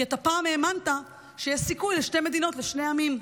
כי פעם האמנת שיש סיכוי לשתי מדינות לשני עמים.